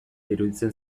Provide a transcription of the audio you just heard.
iruditzen